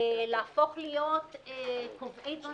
להפוך להיות קובעי דברים